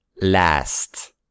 last